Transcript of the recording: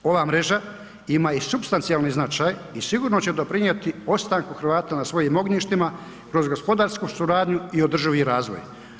Ova mreža ima i supstancijalni značaj i sigurno će doprinijeti ostanku Hrvata na svojim ognjištima kroz gospodarsku suradnju i održivi razvoj.